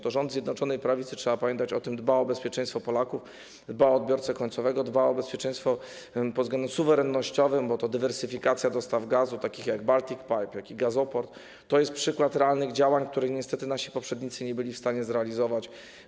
To rząd Zjednoczonej Prawicy, o tym trzeba pamiętać, dba o bezpieczeństwo Polaków, dba o odbiorcę końcowego, dba o bezpieczeństwo pod względem suwerennościowym, bo dywersyfikacja dostaw gazu, takich jak Baltic Pipe, jak gazoport to przykłady realnych działań, których niestety nasi poprzednicy nie byli w stanie zrealizować.